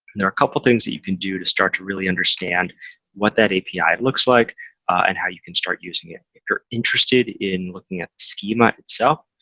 there are a couple of things that you can do to start to really understand what that api looks like and how you can start using it. if you're interested in looking at the schema itself,